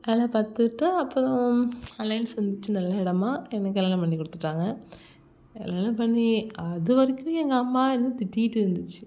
வேலை பார்த்துட்டு தான் அப்புறம் அலைன்ஸ் வந்துச்சு நல்ல இடமா என்னை கல்யாணம் பண்ணி கொடுத்துட்டாங்க கல்யாணம் பண்ணி அது வரைக்கும் எங்கள் அம்மா என்னை திட்டிக்கிட்டு இருந்துச்சு